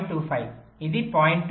25 ఇది 0